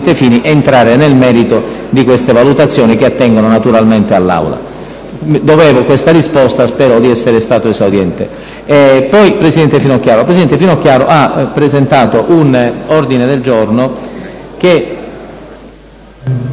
Fini, entrare nel merito di queste valutazioni, che naturalmente attengono all'Aula. Dovevo questa risposta, e spero di essere stato esauriente. La presidente Finocchiaro ha presentato un ordine del giorno che